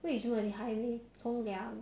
为什么你还没冲凉